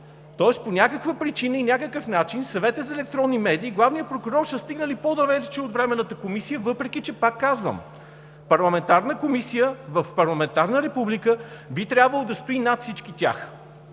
Тоест по някаква причина и някакъв начин Съветът за електронни медии, главният прокурор са стигнали по-далече от Временната комисия, въпреки че, пак казвам, парламентарна комисия в парламентарна република би трябвало да стои над всички тях.